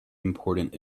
important